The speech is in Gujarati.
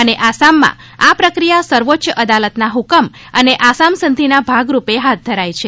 અને આસામમાં આ પ્રક્રિયા સર્વોચય અદાલતના હુકમ અને આસામ સંધિના ભાગરૂપે હાથ ધરાઈ છે